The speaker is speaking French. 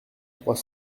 trois